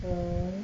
err